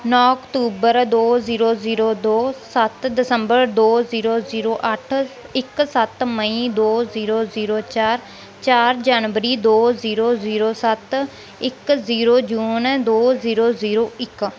ਨੌਂ ਅਕਤੂਬਰ ਦੋ ਜ਼ੀਰੋ ਜ਼ੀਰੋ ਦੋ ਸੱਤ ਦਸੰਬਰ ਦੋ ਜ਼ੀਰੋ ਜ਼ੀਰੋ ਅੱਠ ਇੱਕ ਸੱਤ ਮਈ ਦੋ ਜ਼ੀਰੋ ਜ਼ੀਰੋ ਚਾਰ ਚਾਰ ਜਨਵਰੀ ਦੋ ਜ਼ੀਰੋ ਜ਼ੀਰੋ ਸੱਤ ਇੱਕ ਜ਼ੀਰੋ ਜੂਨ ਦੋ ਜ਼ੀਰੋ ਜ਼ੀਰੋ ਇੱਕ